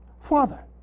father